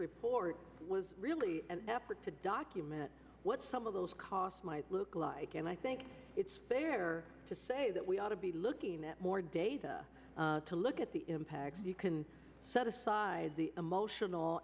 report was really an effort to document what some of those costs might look like and i think it's fair to say that we ought to be looking at more data to look at the impacts you can set aside the emotional